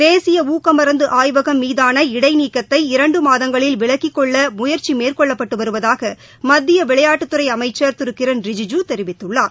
தேசிய ஊக்கமருந்து ஆய்வகம் மீதான இடை நீக்கத்தை இரண்டு மாதங்களில் விலக்கிக் கொள்ள முயற்சி மேற்கொள்ளப்பட்டு வருவதாக மத்திய விளையாட்டுத் துறை அமைச்சர் திரு கிரண் ரிஜிஜூ தெரிவித்துள்ளார்